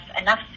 enough